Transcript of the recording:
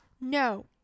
no